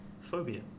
phobia